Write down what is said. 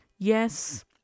Yes